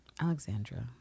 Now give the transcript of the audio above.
Alexandra